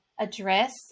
address